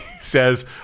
Says